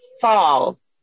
False